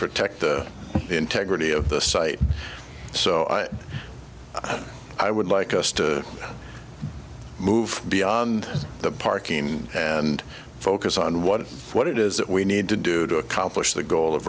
protect the integrity of the site so i i would like us to move beyond the parking and focus on what it what it is that we need to do to accomplish the goal of